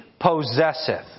possesseth